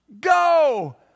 Go